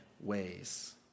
ways